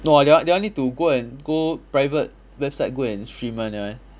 no ah that one that one need to go and go private website go and stream [one] that one